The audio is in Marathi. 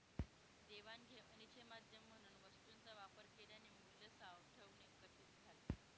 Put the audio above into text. देवाणघेवाणीचे माध्यम म्हणून वस्तूंचा वापर केल्याने मूल्य साठवणे कठीण झाले